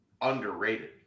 underrated